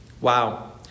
Wow